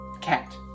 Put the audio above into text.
Cat